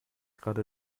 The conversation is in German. gerade